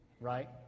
right